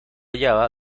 java